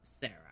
Sarah